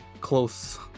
close